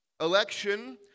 Election